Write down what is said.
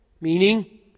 meaning